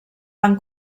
van